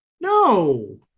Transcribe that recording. No